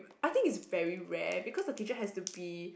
I think it's very rare because a teacher has to be